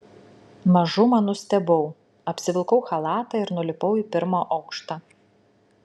mažumą nustebau apsivilkau chalatą ir nulipau į pirmą aukštą